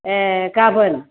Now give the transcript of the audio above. ए गाबोन